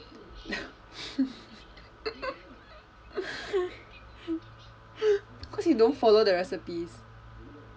cause he don't follow the recipes